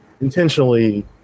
intentionally